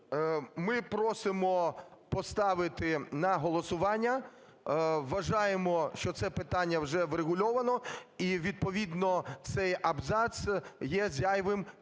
ми просимо поставити на голосування. Вважаємо, що це питання вже врегульовано і відповідно цей абзац є зайвим